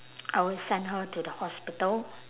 I will send her to the hospital